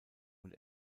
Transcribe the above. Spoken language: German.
und